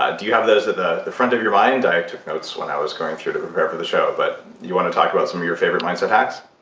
ah do you have those at the front of your mind? i took notes when i was going through to prepare for the show, but you want to talk about some of your favorite mindset hacks?